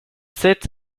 sept